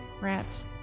Rats